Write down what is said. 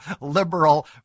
liberal